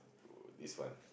do this one